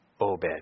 Obed